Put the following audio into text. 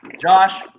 Josh